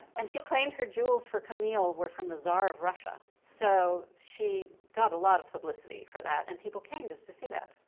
and she claimed her jewels for camille were from the tsar of russia. so she got a lot of publicity for that and people came just to see that.